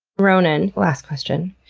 ronan, last question,